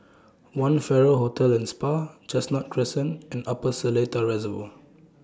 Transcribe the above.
one Farrer Hotel and Spa Chestnut Crescent and Upper Seletar Reservoir